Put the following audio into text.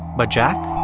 but jack.